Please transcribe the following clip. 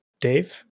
Dave